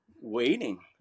waiting